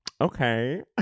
Okay